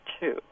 two